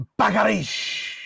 Bagarish